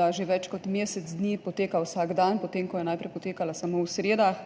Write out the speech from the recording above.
da že več kot mesec dni poteka vsak dan, potem ko je najprej potekala samo ob sredah.